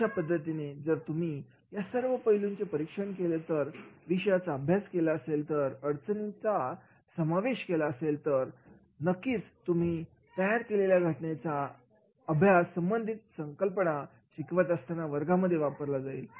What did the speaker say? अशा पद्धतीने जर तुम्ही या सर्व पैलूंचे परीक्षण केले विषयाचा अभ्यास केलाअडचणींचा समावेश केला तर नक्कीच तुम्ही तयार केलेल्या घटनेचा अभ्यास संबंधित संकल्पना शिकवत असताना वर्गामध्ये वापरला जाईल